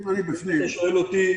אם אתה שואל אותי,